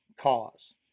cause